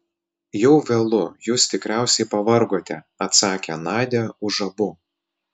jau vėlu jūs tikriausiai pavargote atsakė nadia už abu